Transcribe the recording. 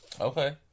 Okay